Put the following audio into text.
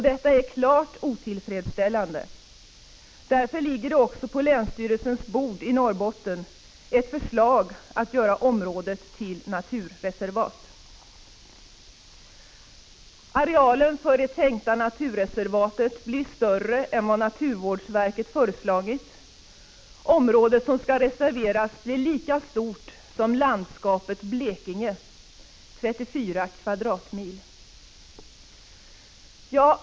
Detta är klart otillfredsställande. Därför ligger det också på länsstyrelsens bord i Norrbotten ett förslag att göra området till naturreservat. Arealen för det tänkta naturreservatet blir större än vad naturvårdsverket föreslagit. Det område som skall reserveras blir lika stort som landskapet Blekinge, 34 kvadratmil.